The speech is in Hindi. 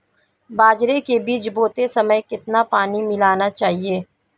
बाजरे के बीज बोते समय कितना पानी मिलाना चाहिए?